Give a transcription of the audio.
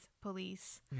police